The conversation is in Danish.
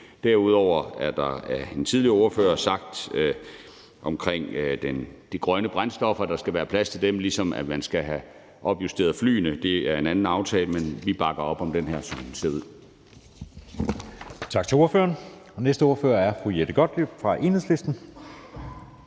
Derudover er der af en tidligere ordfører sagt om de grønne brændstoffer, at der skal være plads til dem, ligesom man skal have opjusteret flyene. Det er en anden aftale. Men vi bakker op om det her, som det ser ud. Kl. 14:36 Anden næstformand (Jeppe Søe): Tak til ordføreren. Næste ordfører er fru Jette Gottlieb fra Enhedslisten.